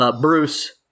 Bruce